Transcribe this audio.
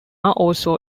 also